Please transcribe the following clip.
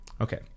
Okay